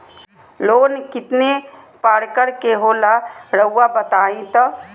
Loan कितने पारकर के होला रऊआ बताई तो?